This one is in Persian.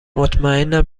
مطمیئنم